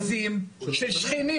600 פרות, כבשים, עזים, של שכנים שלי.